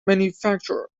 manufacturer